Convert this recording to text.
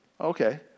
Okay